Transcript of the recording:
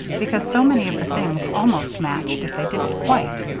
because so many of the things almost matched if they didn't quite.